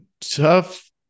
Tough